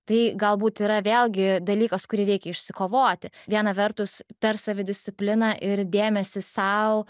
tai galbūt yra vėlgi dalykas kurį reikia išsikovoti viena vertus per savidiscipliną ir dėmesį sau